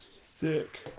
Sick